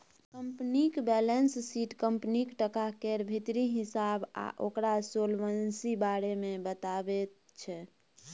कंपनीक balance sheet कंपनीक टका केर भीतरी हिसाब आ ओकर सोलवेंसी बारे मे बताबैत छै